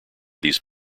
these